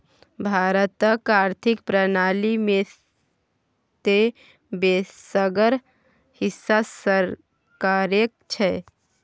भारतक आर्थिक प्रणाली मे तँ बेसगर हिस्सा सरकारेक छै